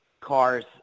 cars